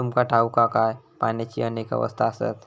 तुमका ठाऊक हा काय, पाण्याची अनेक अवस्था आसत?